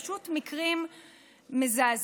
פשוט מקרים מזעזעים.